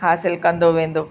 हासिलु कंदो वेंदो